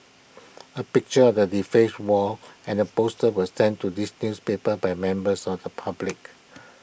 A picture of the defaced wall and the posters was sent to this newspaper by members of the public